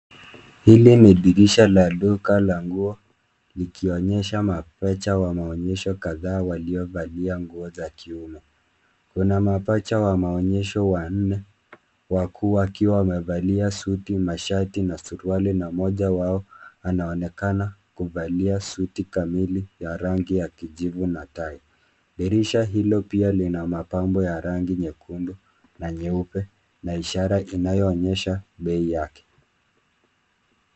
Hili ni dirisha la duka la nguo, likionyesha mapacha wa maonyesho kadhaa waliovalia nguo za kiume. Kuna mapacha wa maonyesho wanne, wakuu wakiwa wamevalia suti, mashati, na suruali, na mmoja wao anaonekana kuvalia suti kamili ya rangi ya kijivu na tai. Dirisha hilo pia lina mapambo ya rangi nyekundu na nyeupe, na ishara inayoonyesha bei yake.